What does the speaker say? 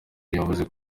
yavuze